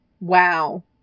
Wow